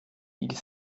ils